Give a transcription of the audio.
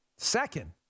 Second